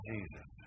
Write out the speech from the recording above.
Jesus